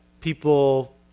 people